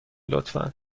لطفا